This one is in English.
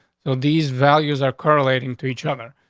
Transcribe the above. so these values air correlating to each other.